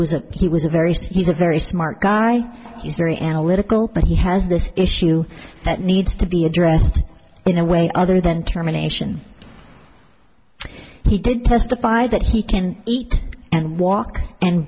was that he was a very sick he's a very smart guy he's very analytical but he has this issue that needs to be addressed in a way other than termination he did testify that he can eat and walk and